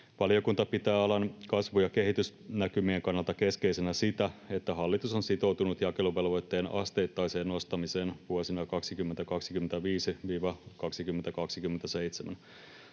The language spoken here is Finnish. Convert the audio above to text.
Valiokunta pitää alan kasvu- ja kehitysnäkymien kannalta keskeisenä sitä, että hallitus on sitoutunut jakeluvelvoitteen asteittaiseen nostamiseen vuosina 2025—2027.